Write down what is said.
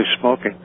smoking